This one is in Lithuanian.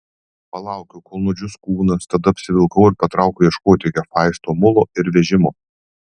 palaukiau kol nudžius kūnas tada apsivilkau ir patraukiau ieškoti hefaisto mulo ir vežimo